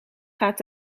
gaat